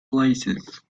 places